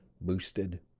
boosted